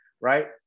Right